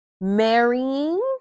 marrying